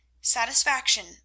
satisfaction